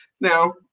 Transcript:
Now